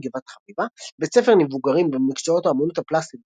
גבעת חביבה; בית ספר למבוגרים במקצועות האמנות הפלסטית